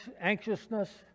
anxiousness